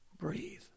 breathe